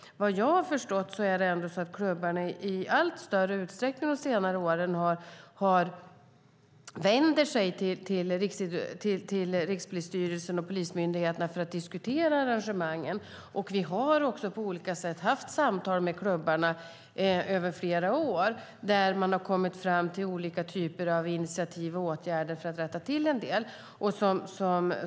Vad jag har förstått har klubbarna i allt större utsträckning de senaste åren vänt sig till Rikspolisstyrelsen och polismyndigheterna för att diskutera arrangemangen. Vi har också på olika sätt haft samtal med klubbarna över flera år där man har kommit fram till olika typer av initiativ och åtgärder för att rätta till en del saker.